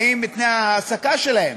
האם תנאי ההעסקה שלהם